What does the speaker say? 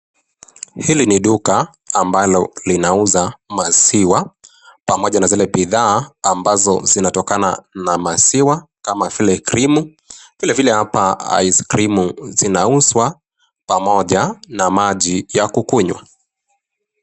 Hili ni duka ambalo linauza maziwa pomaja na zile bidhaa ambazo zinatokana na maziwa kama vile krimu vivile hapa ice krimu inauza pamoja na maji ya kukunywa.